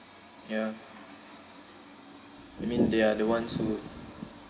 ya I mean they are the ones who